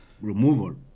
removal